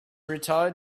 retired